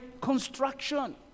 construction